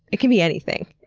it can be anything.